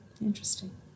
Interesting